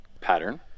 Pattern